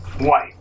white